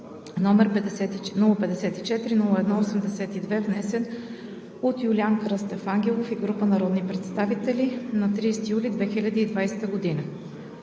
№ 054-01-82, внесен от Юлиан Кръстев Ангелов и група народни представители на 30 юли 2020 г.